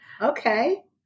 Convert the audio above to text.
Okay